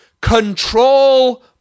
control